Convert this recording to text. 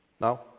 Now